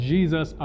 Jesus